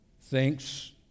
thinks